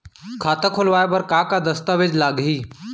खाता खोलवाय बर का का दस्तावेज लागही?